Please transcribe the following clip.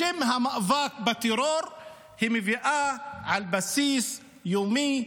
בשם המאבק בטרור היא מביאה על בסיס יומי,